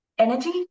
energy